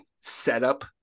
setup